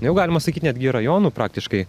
jau galima sakyt netgi rajonų praktiškai